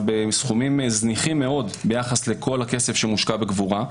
אבל בסכומים זניחים מאוד ביחס לכל הכסף שמושקע בקבורה.